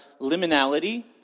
liminality